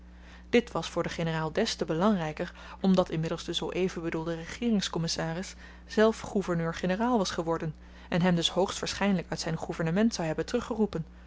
dit was voor den generaal des te belangryker omdat inmiddels de zoo-even bedoelde regeeringskommissaris zelf gouverneur-generaal was geworden en hem dus hoogstwaarschynlyk uit zyn gouvernement zou hebben